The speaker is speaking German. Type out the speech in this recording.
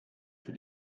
für